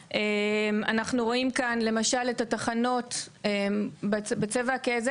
אנחנו רואים כאן למשל את התחנות בצבע כהה,